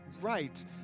Right